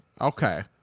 Okay